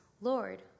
Lord